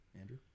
Andrew